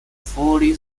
fully